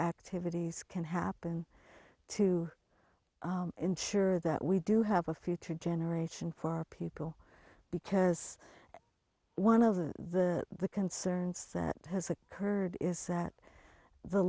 activities can happen to ensure that we do have a future generation for our people because one of the the concerns that has occurred is that the